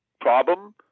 problem